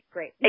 Great